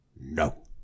No